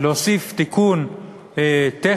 להוסיף תיקון טכני,